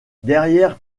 derrière